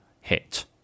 hit